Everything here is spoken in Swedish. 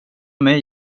mig